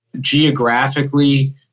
geographically